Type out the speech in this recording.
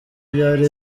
byari